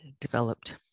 developed